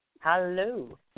Hello